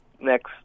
next